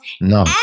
No